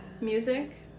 music